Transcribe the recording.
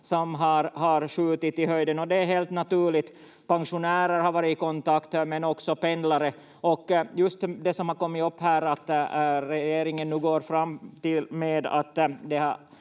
som har skjutit i höjden, och det är helt naturligt. Pensionärer har varit i kontakt, men också pendlare, och det som har kommit upp här är att regeringen nu går fram med att det